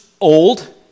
old